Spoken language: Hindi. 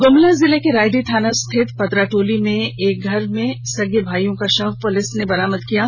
गुमला जिले के रायडीह थाना स्थित पतराटोली में एक घर से सगे भाईयों का शव पुलिस ने बरामद किए हैं